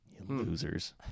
losers